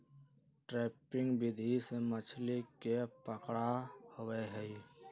trapping विधि से मछली के पकड़ा होबा हई